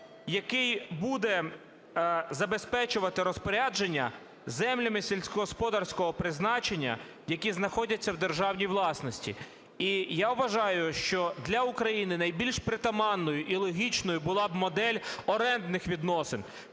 який буде забезпечувати розпорядження землями сільськогосподарського призначення, які знаходяться в державній власності". І я вважаю, що для України найбільш притаманною і логічною була б модель орендних відносин.